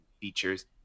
features